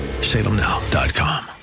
Salemnow.com